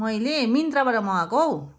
मैले मिन्त्राबाट मगाएको हौ